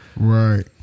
Right